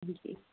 ਹਾਂਜੀ